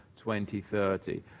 2030